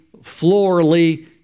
florally